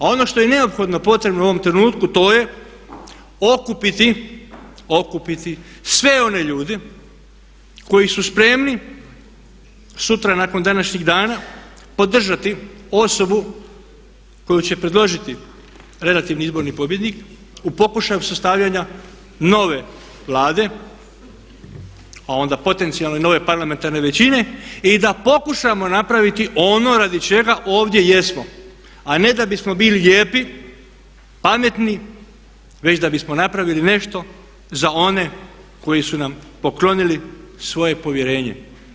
A ono što je neophodno potrebno u ovom trenutku to je okupiti sve one ljude koji su spremni sutra nakon današnjeg dana podržati osobu koju će predložiti relativni izborni pobjednik u pokušaju sastavljanja nove Vlade, a onda potencijalno i nove parlamentarne većine i da pokušamo napraviti ono radi čega ovdje jesmo, a ne da bismo bili lijepi, pametni već da bismo napravili nešto za one koji su nam poklonili svoje povjerenje.